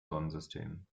sonnensystem